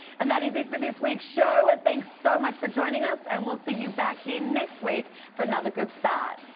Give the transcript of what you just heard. and that is it for this week's show. ah thanks so much for joining us. and we'll see you back here next week for another good start.